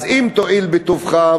אז אם תואיל בטובך,